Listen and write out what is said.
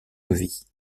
levis